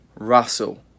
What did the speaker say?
russell